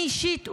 אני אישית,